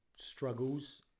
struggles